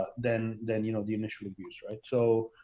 than than you know the initiative use, right? so,